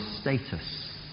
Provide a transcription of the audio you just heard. status